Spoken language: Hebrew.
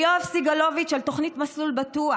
ליואב סגלוביץ', על תוכנית "מסלול בטוח"